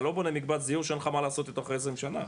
אתה לא בונה מקבץ דיור שאין לך מה לעשות איתו תוך עשרים שנה,